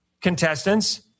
contestants